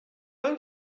going